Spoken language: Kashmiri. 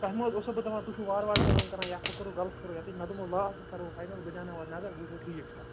تۄہہِ ما حظ اوسسَو بہٕ دپان تُہۍ چھُو وار وار کٲم کران یا ہُو کوٚروٕ غلط کوٚروٕ یَتِتھ مےٚ دوٚپمَو لاسٹٕس کرو بہٕ فاینَل بہٕ دیٛاوناہو اَتھ نظر بہٕ وُچھٕ گۄڈٕ ٹھیٖک چھا